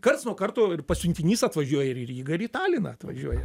karts nuo karto ir pasiuntinys atvažiuoja ir į rygą ir į taliną atvažiuoja